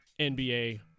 NBA